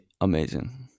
amazing